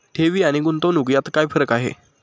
ठेवी आणि गुंतवणूक यात फरक काय आहे?